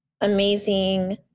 amazing